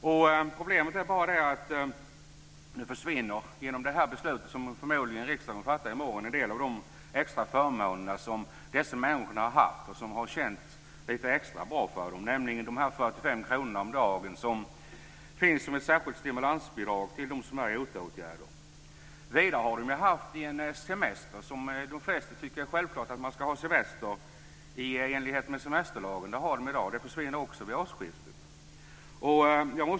Genom det beslut som riksdagen förmodligen kommer att fatta i morgon försvinner en del av de extra förmåner som dessa människor har haft. Det har känts extra bra för dem. Jag talar om de 45 kr om dagen som utgör ett särskilt stimulansbidrag till de som är sysselsatta i OTA-åtgärder. Vidare har de haft semester i enlighet med semesterlagen. De flesta tycker att det är självklart att man ska ha semester. Det försvinner också vid årsskiftet.